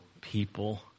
people